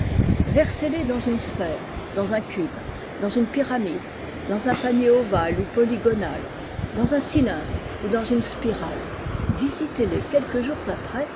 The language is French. dites versez les dans une sphère dans un cube dans une pyramide dans un panier ovale ou polygonal dans un cylindre ou dans une spirale visitez les quelques joiirs après